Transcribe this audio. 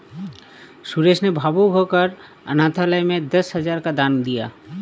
सुरेश ने भावुक होकर अनाथालय में दस हजार का दान दिया